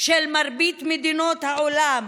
של מרבית מדינות העולם,